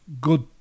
good